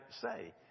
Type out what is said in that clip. say